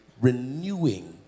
renewing